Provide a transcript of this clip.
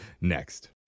next